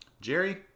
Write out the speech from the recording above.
Jerry